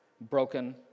Broken